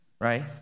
Right